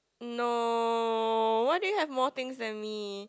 no why do you have more things than me